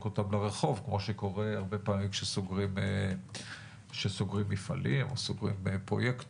אותם לרחוב כמו שקורה הרבה פעמים כשסוגרים מפעלים או פרויקטים.